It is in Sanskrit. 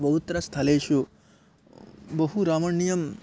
बहुत्र स्थलेषु बहु रमणीयं